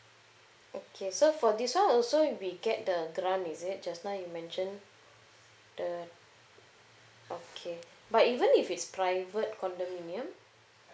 okay so for this one also we get the grant is it just now you mentioned the okay but even if it's private condominium